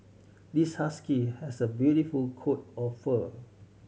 this husky has a beautiful coat of fur